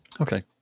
Okay